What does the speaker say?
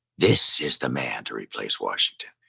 this is the man to replace washington.